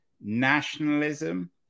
nationalism